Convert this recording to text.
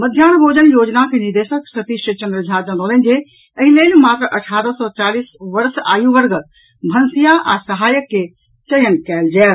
मध्याह्न भोजन योजनाक निदेशक सतीश चन्द्र झा जनौलनि जे एहि लेल मात्र अठारह सॅ चालीस वर्ष आयु वर्गक भंसिया आ सहायक के चयन कयल जायत